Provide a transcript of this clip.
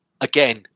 again